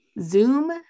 Zoom